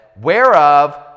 whereof